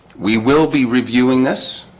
we will be reviewing this